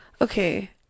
okay